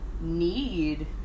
need